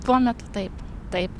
tuomet taip taip